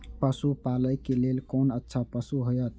पशु पालै के लेल कोन अच्छा पशु होयत?